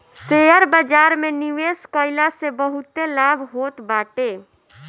share बाजार में निवेश कईला से बहुते लाभ होत बाटे